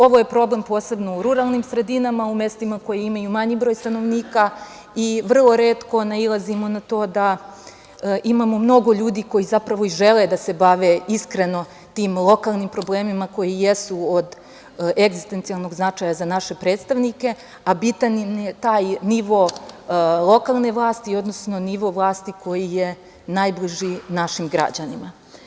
Ovo je problem posebno u ruralnim sredinama, u mestima koja imaju manji broj stanovnika i vrlo retko nailazimo na to da imamo mnogo ljudi koji zapravo i žele da se bave iskreno tim lokalnim problemima koji jesu od egzistencijalnog značaja za naše predstavnike, a bitan im je taj nivo lokalne vlasti, odnosno nivo vlasti koji je najbliži našim građanima.